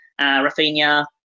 Rafinha